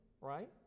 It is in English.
right